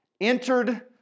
entered